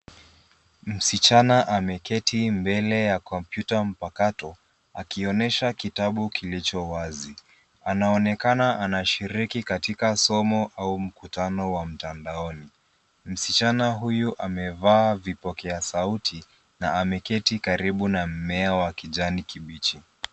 Msichana ameketi mbele ya kompyuta mpakato akionyesha kitabu kilicho wazi. Anaonekana anashiriki katika somo au mkutano wa mtandaoni. Msichana huyu amevaa vipokea sauti na ameketi karibu na mmea wa kijani kibichi.